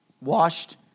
washed